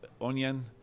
onion